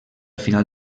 final